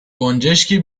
گنجشکی